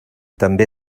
també